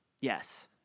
Yes